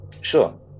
Sure